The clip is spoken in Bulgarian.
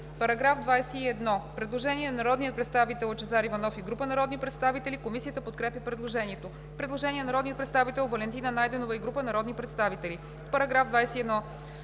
параграф 21 има предложение на народния представител Лъчезар Иванов и група народни представители. Комисията подкрепя предложението. Предложение на народния представител Валентина Найденова и група народни представители: „В § 21